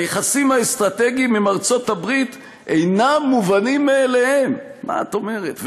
היחסים האסטרטגיים עם ארצות-הברית אינם מובנים מאליהם" מה את אומרת?